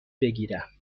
بگیرم